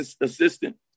assistant